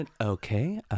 Okay